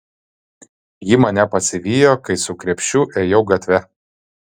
ji mane pasivijo kai su krepšiu ėjau gatve